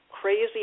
crazy